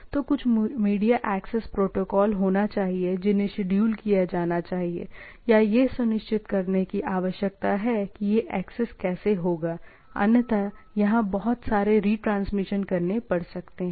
तो कुछ media access protocol होना चाहिए जिन्हें शेड्यूल किया जाना चाहिए या यह सुनिश्चित करने की आवश्यकता है कि यह एक्सेस कैसे होगा अन्यथा यहां बहुत सारे रिट्रांसमिशन करने पड सकते है